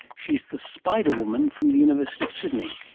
she's the spider woman from the university of sydney,